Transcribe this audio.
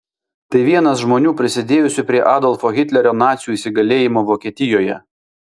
tai vienas žmonių prisidėjusių prie adolfo hitlerio nacių įsigalėjimo vokietijoje